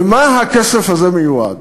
למה הכסף הזה מיועד?